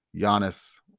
Giannis